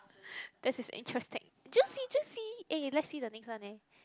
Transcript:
that's interesting juicy juicy eh let's see the next one eh